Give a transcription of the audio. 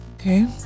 Okay